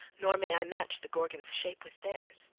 nor may i match the gorgons' shape with theirs!